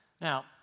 Now